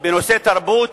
בנושא תרבות,